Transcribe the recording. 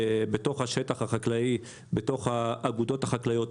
בתוך השטח החקלאי ובתוך האגודות החקלאיות,